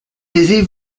taisez